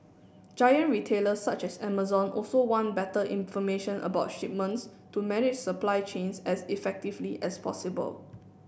giant retailers such as Amazon also want better information about shipments to manage supply chains as effectively as possible